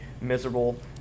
miserable